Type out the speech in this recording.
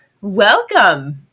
Welcome